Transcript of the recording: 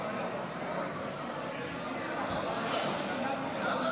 עשר דקות.